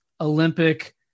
Olympic